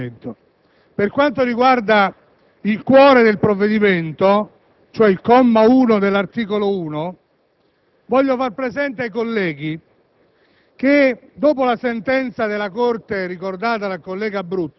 a mio parere, un macigno sulla strada del provvedimento. Per quanto riguarda il cuore del provvedimento, ossia il comma 1 dell'articolo 1, vorrei far presente ai colleghi